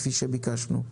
כפי שביקשנו?